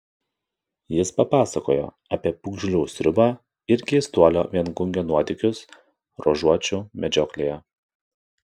jis papasakojo apie pūgžlių sriubą ir keistuolio viengungio nuotykius ruožuočių medžioklėje